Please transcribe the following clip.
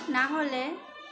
না হলে